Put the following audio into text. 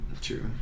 True